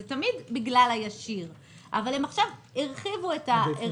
זה תמיד בגלל הנזק הישיר אבל הם הרחיבו את האזורים.